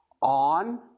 On